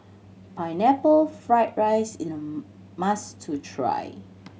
Pineapple Fried rice is a must try